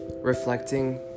Reflecting